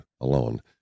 alone